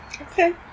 Okay